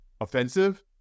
offensive